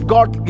God